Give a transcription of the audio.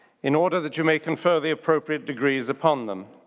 in order that you may confer the appropriate degrees upon them.